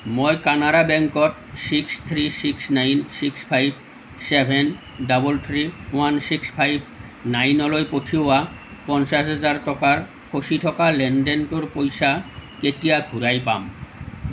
মই কানাড়া বেংকত six three six nine six five seven double three one six five নাইনলৈ পঠিওৱা পঞ্চাছ হাজাৰ টকাৰ ফচি থকা লেনদেনটোৰ পইচা কেতিয়া ঘূৰাই পাম